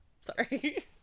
sorry